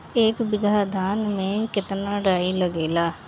एक बीगहा धान में केतना डाई लागेला?